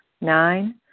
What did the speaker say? Nine